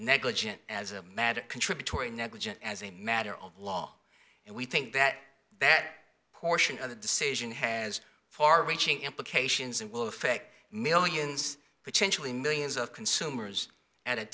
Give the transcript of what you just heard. negligent as a mad contributory negligence as a matter of law and we think that that portion of the decision has far reaching implications and will affect millions potentially millions of consumers at a